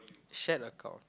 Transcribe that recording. shared account